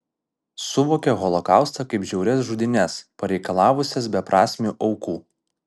suvokia holokaustą kaip žiaurias žudynes pareikalavusias beprasmių aukų